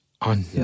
on